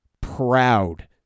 proud